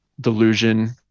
delusion